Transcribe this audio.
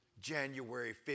January